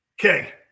Okay